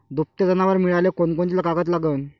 दुभते जनावरं मिळाले कोनकोनचे कागद लागन?